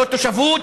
לא תושבות,